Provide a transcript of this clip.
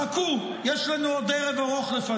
חכו, יש לנו עוד ערב לפנינו.